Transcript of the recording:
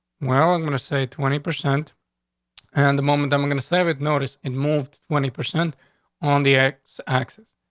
well, i'm going to say twenty percent on and the moment. i'm i'm going to save it notice and moved twenty percent on the x axis.